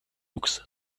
books